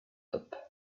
upp